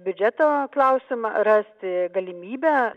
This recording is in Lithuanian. biudžeto klausimą rasti galimybę